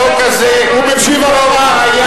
מי שיתמוך בחוק הזה יפתור בעיה,